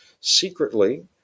secretly